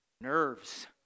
Nerves